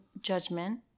judgment